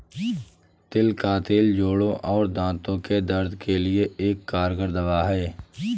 तिल का तेल जोड़ों और दांतो के दर्द के लिए एक कारगर दवा है